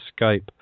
Skype